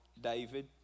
David